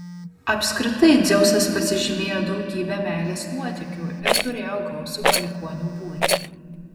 apskritai dzeusas pasižymėjo daugybe meilės nuotykių ir turėjo gausų palikuonių būrį